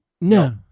No